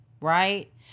right